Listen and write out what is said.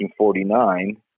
1949